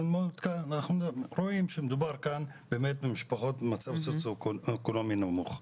ללמוד כאן אנחנו רואים שמדובר במשפחות ממצב סוציו-אקונומי נמוך.